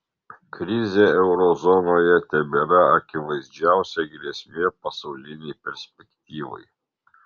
krizė euro zonoje tebėra akivaizdžiausia grėsmė pasaulinei perspektyvai